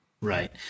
Right